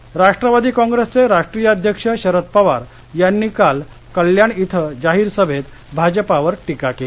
पवार ठाणे राष्ट्रवादी काँग्रेसचे राष्ट्रीय अध्यक्ष शरद पवार यांनी काल कल्याण इथं जाहीर सभेत भाजपावर टिका केली